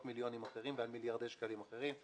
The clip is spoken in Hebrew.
מיליונים אחרים ועל מיליארדי שקלים אחרים.